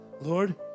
Lord